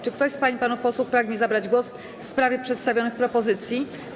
Czy ktoś z pań i panów posłów pragnie zabrać głos w sprawie przedstawionych propozycji?